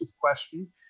question